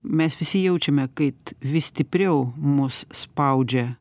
mes visi jaučiame kaip vis stipriau mus spaudžia